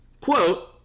Quote